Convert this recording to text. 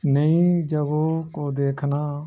نئی جگہوں کو دیکھنا